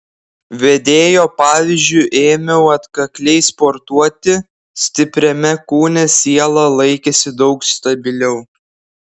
vedėjo pavyzdžiu ėmiau atkakliai sportuoti stipriame kūne siela laikėsi daug stabiliau